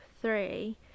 three